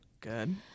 Good